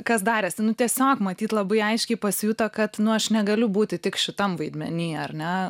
kas darėsi nu tiesiog matyt labai aiškiai pasijuto kad aš negaliu būti tik šitam vaidmeny ar ne